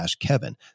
kevin